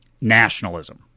nationalism